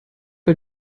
bei